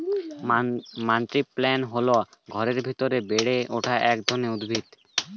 money plant হল ঘরের ভেতরে বেড়ে ওঠা এক ধরনের উদ্ভিদ